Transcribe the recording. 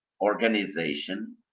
organization